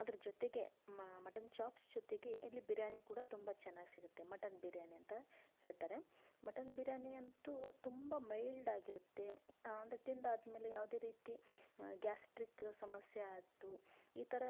ಅದರ ಜೊತೆಗೆ ಮ ಮಟನ್ ಚಾಪ್ಸ್ ಜೊತೆಗೆ ಇಲ್ಲಿ ಬಿರಿಯಾನಿ ಕೂಡ ತುಂಬ ಚೆನ್ನಾಗಿ ಸಿಗತ್ತೆ ಮಟನ್ ಬಿರಿಯಾನಿ ಅಂತ ಹೇಳ್ತಾರೆ ಮಟನ್ ಬಿರಿಯಾನಿ ಅಂತೂ ತುಂಬ ಮೈಲ್ಡ್ ಆಗಿರತ್ತೆ ಅಂದರೆ ತಿಂದಾದ್ಮೇಲೆ ಯಾವುದೇ ರೀತಿ ಗ್ಯಾಸ್ಟ್ರಿಕ್ ಸಮಸ್ಯೆ ಆಯಿತು ಈ ಥರ